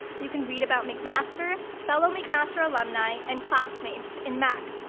you can read about mcmaster, fellow mcmaster alumni, and classmates in mac,